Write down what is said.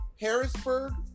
Harrisburg